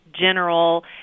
General